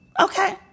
Okay